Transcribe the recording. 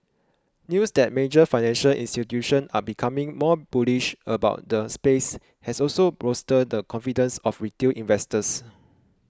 news that major financial institutions are becoming more bullish about the space has also bolstered the confidence of retail investors